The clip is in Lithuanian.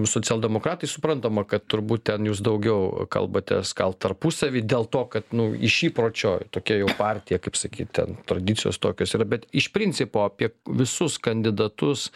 socialdemokratai suprantama kad turbūt ten jūs daugiau kalbatės gal tarpusavy dėl to kad nu iš įpročio tokia jau partija kaip sakyt ten tradicijos tokios yra bet iš principo apie visus kandidatus